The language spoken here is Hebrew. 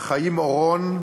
חיים אורון,